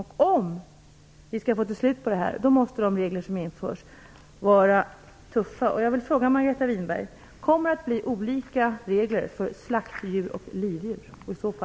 Om vi skall få ett slut på det här måste de regler som införs vara tuffa.